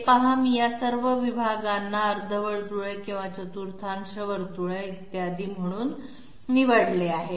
हे पहा मी या सर्व विभागांना अर्धवर्तुळ किंवा चतुर्थांश वर्तुळे इत्यादी म्हणून निवडले आहे